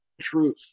truth